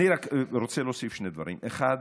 אני רק רוצה להוסיף שני דברים: האחד,